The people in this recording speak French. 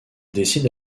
décide